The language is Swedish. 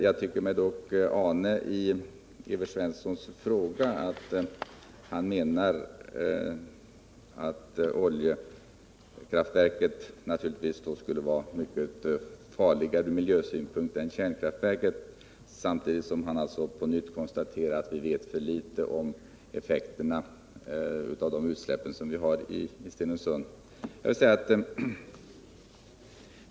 Jag tycker mig dock i Evert Svenssons fråga ana att han menar att oljekraftverket naturligtvis skulle vara mycket farligare från miljösynpunkt än kärnkraftverket, samtidigt som han på nytt konstaterar att vi vet för litet om effekterna av utsläppen i Stenungsund.